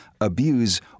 abuse